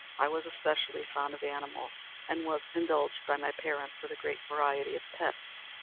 i was especially fond of animals, and was indulged by my parents with a great variety of pets.